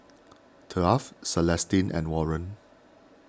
Taft Celestine and Warren